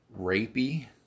rapey